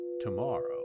tomorrow